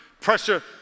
pressure